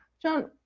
john,